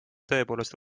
tõepoolest